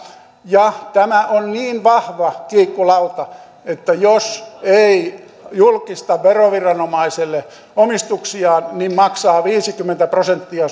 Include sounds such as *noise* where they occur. tämä on vahva kiikkulauta jos ei julkista veroviranomaiselle omistuksiaan niin maksaa viisikymmentä prosenttia *unintelligible*